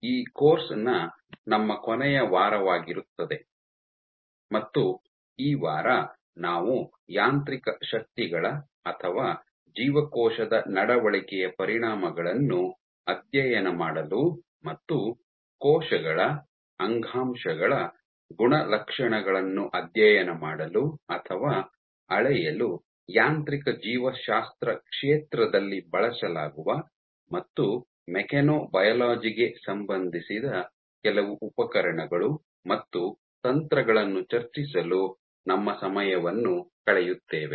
ಇದು ಈ ಕೋರ್ಸ್ ನ ನಮ್ಮ ಕೊನೆಯ ವಾರವಾಗಿರುತ್ತದೆ ಮತ್ತು ಈ ವಾರ ನಾವು ಯಾಂತ್ರಿಕ ಶಕ್ತಿಗಳ ಅಥವಾ ಜೀವಕೋಶದ ನಡವಳಿಕೆಯ ಪರಿಣಾಮಗಳನ್ನು ಅಧ್ಯಯನ ಮಾಡಲು ಮತ್ತು ಕೋಶಗಳ ಅಂಗಾಂಶಗಳ ಗುಣಲಕ್ಷಣಗಳನ್ನು ಅಧ್ಯಯನ ಮಾಡಲು ಅಥವಾ ಅಳೆಯಲು ಯಾಂತ್ರಿಕ ಜೀವಶಾಸ್ತ್ರ ಕ್ಷೇತ್ರದಲ್ಲಿ ಬಳಸಲಾಗುವ ಮತ್ತು ಮೆಕ್ಯಾನೊಬಯಾಲಜಿ ಗೆ ಸಂಬಂಧಿಸಿದ ಕೆಲವು ಉಪಕರಣಗಳು ಮತ್ತು ತಂತ್ರಗಳನ್ನು ಚರ್ಚಿಸಲು ನಮ್ಮ ಸಮಯವನ್ನು ಕಳೆಯುತ್ತೇವೆ